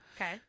Okay